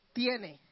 tiene